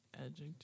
Adjective